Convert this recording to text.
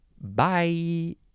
bye